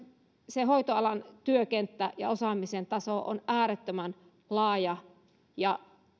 se hoitoalan työkenttä ja osaamisen taso on äärettömän laaja